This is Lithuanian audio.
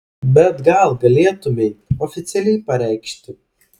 bet gal galėtumei oficialiai pareikšti